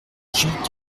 gilles